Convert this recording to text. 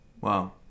Wow